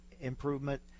improvement